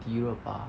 迪热巴